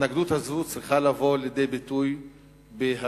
ההתנגדות הזאת צריכה לבוא לידי ביטוי בהצבעה.